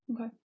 Okay